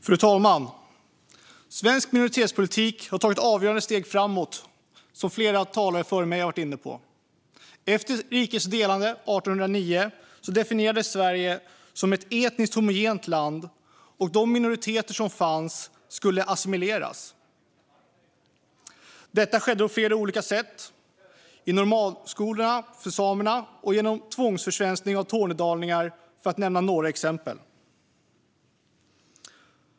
Fru talman! Svensk minoritetspolitik har tagit avgörande steg framåt, som flera talare före mig har varit inne på. Efter rikets delande 1809 definierades Sverige som ett etniskt homogent land, och de minoriteter som fanns skulle assimileras. Detta skedde på flera olika sätt: i normalskola för samerna och genom tvångsförsvenskning av tornedalingar, för att nämna några exempel.